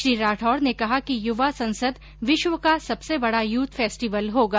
श्री राठौड ने कहा कि युवा संसद विष्व का सबसे बडा यूथ फेस्टिवल होगा